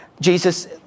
Jesus